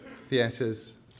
theatres